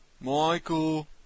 Michael